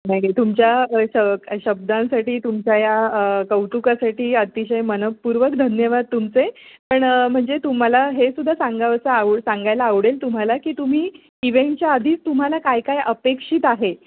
नाही नाही तुमच्या श शब्दांसाठी तुमच्या या कौतुकासाठी अतिशय मनःपूर्वक धन्यवाद तुमचे पण म्हणजे तुम्हाला हे सुद्धा सांगावसं आव सांगायला आवडेल तुम्हाला की तुम्ही इव्हेंटच्या आधीच तुम्हाला काय काय अपेक्षित आहे